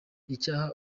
icyaha